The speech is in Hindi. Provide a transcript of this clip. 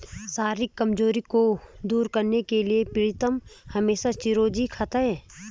शारीरिक कमजोरी को दूर करने के लिए प्रीतम हमेशा चिरौंजी खाता है